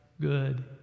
good